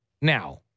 Now